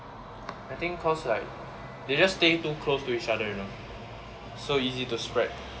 I think cause like they just stay too close to each other you know so easy to spread